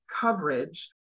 coverage